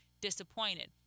disappointed